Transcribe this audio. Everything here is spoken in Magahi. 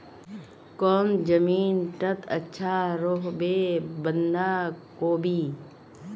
कौन जमीन टत अच्छा रोहबे बंधाकोबी?